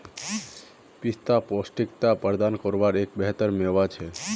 पिस्ता पौष्टिकता प्रदान कारवार एक बेहतर मेवा छे